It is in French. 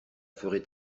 ferai